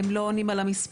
הם לא עונים על המספר,